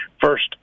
first